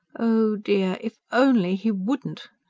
oh dear! if only he wouldn't.